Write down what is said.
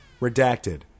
Redacted